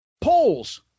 Polls